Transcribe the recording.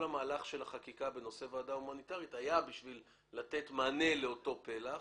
כל מהלך החקיקה בנושא הועדה ההומניטרית היה בשביל לתת מענה לאותו פלח,